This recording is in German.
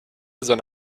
seine